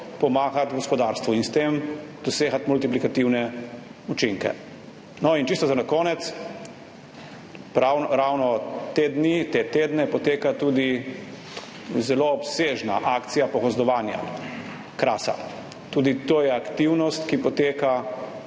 pomagati gospodarstvu in s tem dosegati multiplikativne učinke. Čisto za na konec. Ravno te dni, te tedne poteka tudi zelo obsežna akcija pogozdovanja Krasa. Tudi to je aktivnost, ki poteka